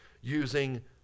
using